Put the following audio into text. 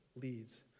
leads